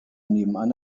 nebenan